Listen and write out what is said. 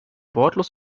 wortlos